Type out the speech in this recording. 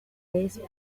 pez